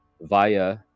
via